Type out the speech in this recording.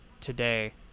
today